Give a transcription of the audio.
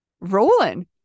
rolling